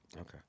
Okay